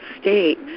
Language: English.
state